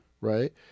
Right